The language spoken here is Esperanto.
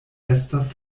estas